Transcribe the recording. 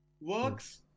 works